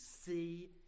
see